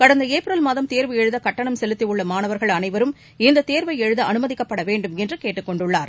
கடந்த ஏப்ரல் மாதம் தேர்வு எழுத கட்டணம் செலுத்தியுள்ள மாணவர்கள் அனைவரும் இந்தத் தேர்வை எழுத அனுமதிக்கப்பட வேண்டுமென்று கேட்டுக் கொண்டுள்ளார்